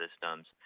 systems